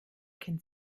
kennt